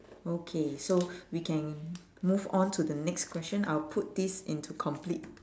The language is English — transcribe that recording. okay so we can move on to the next question I will put this into complete